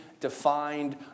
defined